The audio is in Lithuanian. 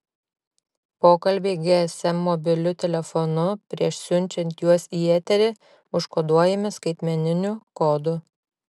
pokalbiai gsm mobiliu telefonu prieš siunčiant juos į eterį užkoduojami skaitmeniniu kodu